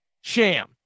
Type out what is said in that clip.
sham